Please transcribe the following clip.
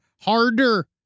harder